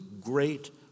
great